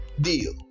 deal